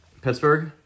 Pittsburgh